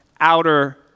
outer